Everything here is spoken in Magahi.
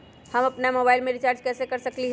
हम अपन मोबाइल में रिचार्ज कैसे कर सकली ह?